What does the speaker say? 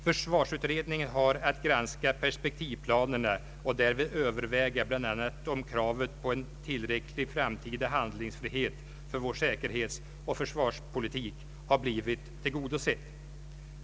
Försvarsutredningen har att granska perspektivplanerna och därvid överväga bl.a. om kravet på en tillräcklig framtida handlingsfrihet för vår säkerhetsoch försvarspolitik har blivit tillgodosett.